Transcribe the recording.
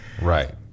right